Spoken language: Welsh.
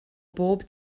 bob